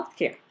healthcare